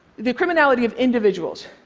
the criminality of individuals.